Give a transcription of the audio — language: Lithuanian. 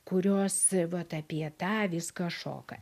kurios vat apie tą viską šoka